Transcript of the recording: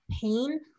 pain